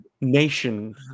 nation